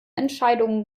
entscheidungen